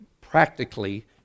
practically